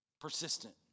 Persistent